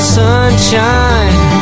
sunshine